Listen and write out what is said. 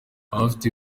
abafite